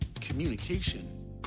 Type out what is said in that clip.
communication